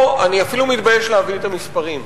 אני אפילו מתבייש להביא את המספרים,